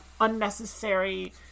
unnecessary